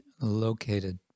located